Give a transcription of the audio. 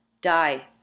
die